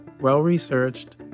well-researched